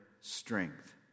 strength